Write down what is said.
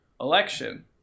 election